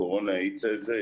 הקורונה האיצה את זה,